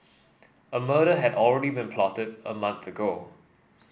a murder had already been plotted a month ago